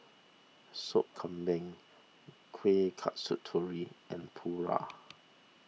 Sop Kambing Kueh Kasturi and Paru